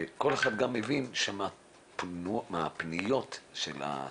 כל אחד גם מבין שפניות הציבור,